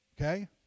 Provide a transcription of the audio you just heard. Okay